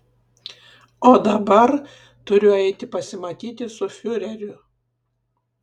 o dabar turiu eiti pasimatyti su fiureriu